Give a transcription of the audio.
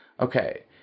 Okay